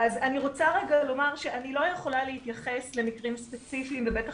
אני רוצה רגע לומר שאני לא יכולה להתייחס למקרים ספציפיים ובטח